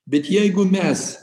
bet jeigu mes